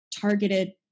targeted